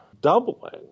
doubling